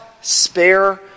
spare